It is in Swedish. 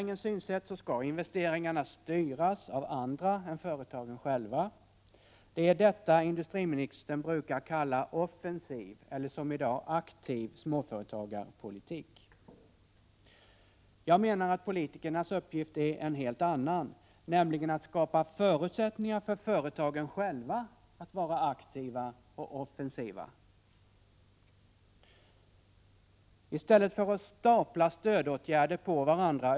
Staten, landstingen och berörda kommuner har strävat efter att successivt bygga ut organisationen och höja kompetensen och effektiviteten.” Utvecklingen — i landsting, i kommuner, och hos staten — har således inneburit att politikernas inflytande hela tiden har ökat och kommit att gälla när, var och hur småföretag får startas och vem som skall få bli egen företagare. Bidrag har staplats på varandra.